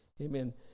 Amen